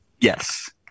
Yes